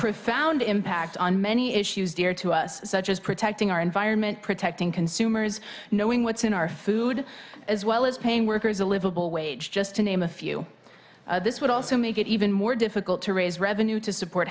profound impact on many issues dear to us such as protecting our environment protecting consumers knowing what's in our food as well as paying workers a livable wage just to name a few this would also make it even more difficult to raise revenue to support